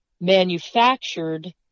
manufactured